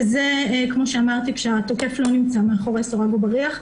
וזה כאשר התוקף לא נמצא מאחורי סורג ובריח.